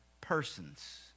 persons